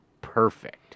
perfect